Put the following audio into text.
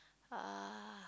uh